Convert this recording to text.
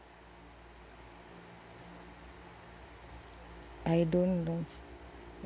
I don't loans